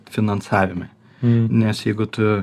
finansavime nes jeigu tu